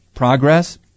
progress